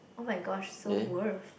oh-my-gosh so worth